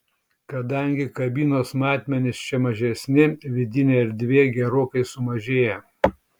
kadangi kabinos matmenys čia mažesni vidinė erdvė gerokai sumažėja